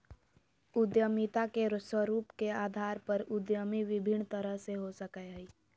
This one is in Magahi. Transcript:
उद्यमिता के स्वरूप के अधार पर उद्यमी विभिन्न तरह के हो सकय हइ